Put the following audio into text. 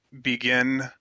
begin